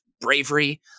bravery